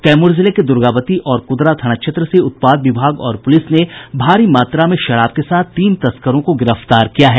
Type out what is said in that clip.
कैमूर जिले के द्र्गावती और कुदरा थाना क्षेत्र से उत्पाद विभाग और पुलिस ने भारी मात्रा में शराब के साथ तीन तस्करों को गिरफ्तार किया है